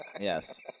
Yes